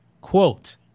Quote